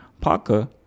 Parker